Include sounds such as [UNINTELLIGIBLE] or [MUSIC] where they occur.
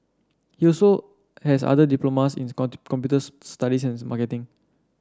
he also has other diplomas in [UNINTELLIGIBLE] computer studies and marketing